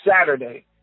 Saturday